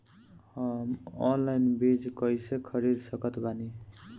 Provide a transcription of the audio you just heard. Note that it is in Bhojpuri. हम ऑनलाइन बीज कइसे खरीद सकत बानी?